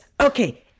Okay